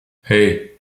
hey